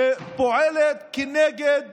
שפועלת כנגד